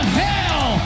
hell